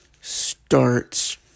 starts